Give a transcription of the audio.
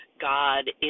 God